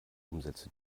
umsätze